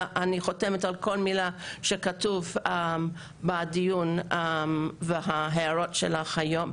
ואני חותמת על כל מילה שכתובה בדיון וההערות שלך היום,